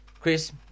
Chris